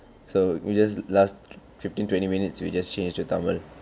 so we just last fifteen twenty minutes we just change to tamil